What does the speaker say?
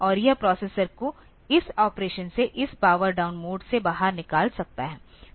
और यह प्रोसेसर को इस ऑपरेशन से इस पावर डाउन मोड से बाहर निकाल सकता है